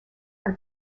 are